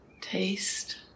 taste